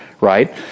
right